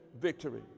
victory